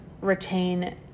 retain